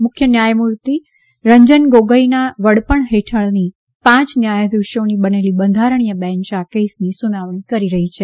મુખ્ય ન્યાયમૂર્તિ રંજન ગોગોઇનના વડપણ હેઠળની પાંચ ન્યાયાધીશોની બનેલી બંધારણીય બેંંચ આ કેસની સુનાવણી કરી રહી છે